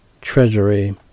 Treasury